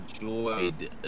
enjoyed